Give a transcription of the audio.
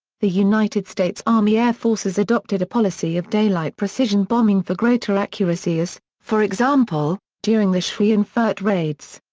the united states army air forces adopted a policy of daylight precision bombing for greater accuracy as, for example, during the schweinfurt raids.